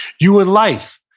you in life,